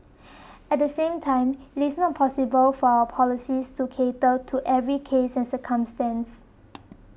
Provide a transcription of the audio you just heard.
at the same time it is not possible for our policies to cater to every case and circumstance